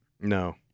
No